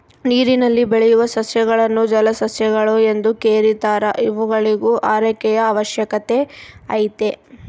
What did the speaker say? ನೀರಿನಲ್ಲಿ ಬೆಳೆಯುವ ಸಸ್ಯಗಳನ್ನು ಜಲಸಸ್ಯಗಳು ಎಂದು ಕೆರೀತಾರ ಇವುಗಳಿಗೂ ಆರೈಕೆಯ ಅವಶ್ಯಕತೆ ಐತೆ